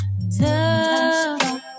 love